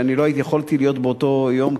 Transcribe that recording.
אני לא יכולתי להיות באותו יום,